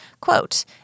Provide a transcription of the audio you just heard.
Quote